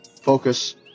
focus